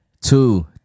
two